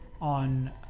on